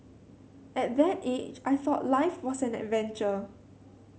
at that age I thought life was an adventure